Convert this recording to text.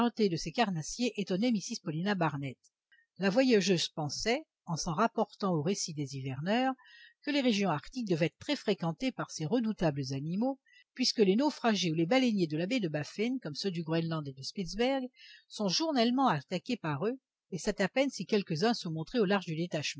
de ces carnassiers étonnait mrs paulina barnett la voyageuse pensait en s'en rapportant aux récits des hiverneurs que les régions arctiques devaient être très fréquentées par ces redoutables animaux puisque les naufragés ou les baleiniers de la baie de baffin comme ceux du groënland et du spitzberg sont journellement attaqués par eux et c'est à peine si quelques-uns se montraient au large du